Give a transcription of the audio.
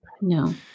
No